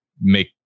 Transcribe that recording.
make